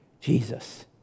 Jesus